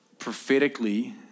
prophetically